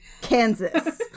Kansas